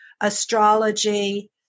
astrology